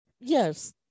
Yes